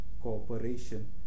cooperation